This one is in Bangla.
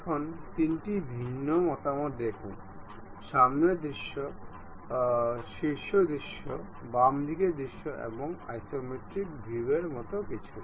এখন 3 টি ভিন্ন মতামত দেখুন সামনের দৃশ্য শীর্ষ দৃশ্য বাম দিকের দৃশ্য এবং আইসোমেট্রিক ভিউয়ের মতো কিছু